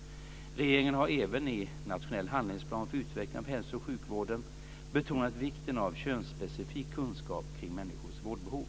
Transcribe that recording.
Regeringen har även i Nationell handlingsplan för utveckling av hälso och sjukvården betonat vikten av könsspecifik kunskap kring människors vårdbehov.